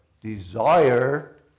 desire